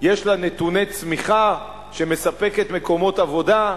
יש לה נתוני צמיחה, שהיא מספקת מקומות עבודה,